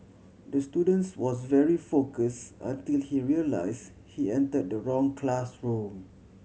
the students was very confused until he realised he entered the wrong classroom